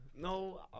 No